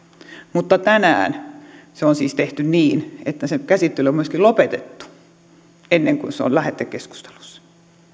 mutta tänään se on siis tehty niin että sen käsittely on myöskin lopetettu ennen kuin se on lähetekeskustelussa